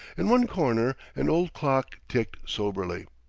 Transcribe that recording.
in one corner an old clock ticked soberly.